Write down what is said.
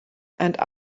and